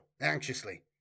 anxiously